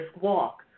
walk